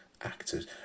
actors